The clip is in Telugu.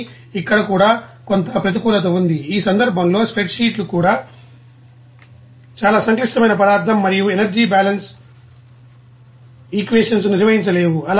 కానీ ఇక్కడ కూడా కొంత ప్రతికూలత ఉంది ఈ సందర్భంలో స్ప్రెడ్ షీట్లు చాలా సంక్లిష్టమైన పదార్థం మరియు ఎనర్జీ బాలన్స్ ఈక్వేషన్స్ను నిర్వహించలేవు